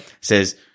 says